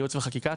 ייעוץ וחקיקה,